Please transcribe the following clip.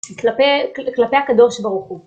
כלפי הקדוש ברוך הוא.